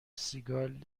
سیگال